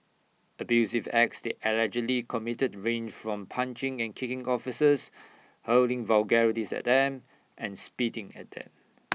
abusive acts allegedly committed range from punching and kicking officers hurling vulgarities at them and spitting at them